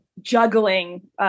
juggling